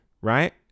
right